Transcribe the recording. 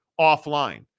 offline